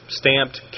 stamped